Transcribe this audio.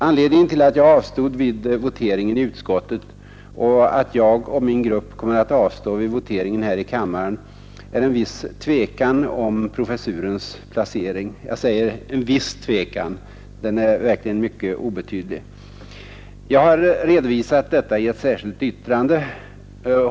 Anledningen till att jag avstod vid voteringen i utskottet och att jag och min grupp kommer att avstå vid voteringen här i kammaren är en viss tvekan om professurens placering — jag säger en ”viss” tvekan; den är verkligen mycket obetydlig. Jag har redovisat detta i ett särskilt yttrande.